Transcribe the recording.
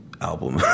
album